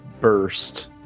burst